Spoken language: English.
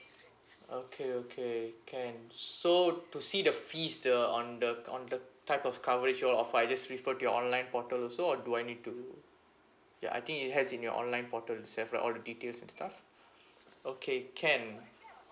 okay okay can so to see the fees the on the on the type of coverage you all offer I just refer to your online portal also or do I need to ya I think it has in your online portal itself right all the details and stuff okay can